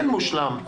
אין מושלם,